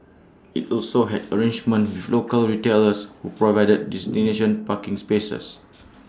IT also had arrangements with local retailers who provided designation parking spaces